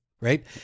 right